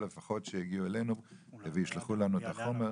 אז לפחות שיגיעו אלינו וישלחו אלינו את החומר.